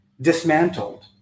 dismantled